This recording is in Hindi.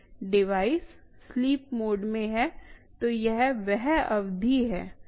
डिवाइस स्लीप मोड में है तो यह वह अवधि है